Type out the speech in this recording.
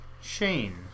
Shane